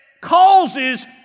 causes